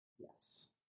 Yes